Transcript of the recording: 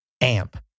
AMP